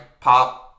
pop